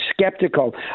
skeptical